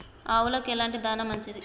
ఆవులకు ఎలాంటి దాణా మంచిది?